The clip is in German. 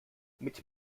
mit